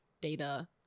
data